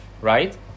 right